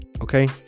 Okay